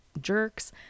jerks